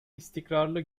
istikrarlı